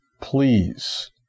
please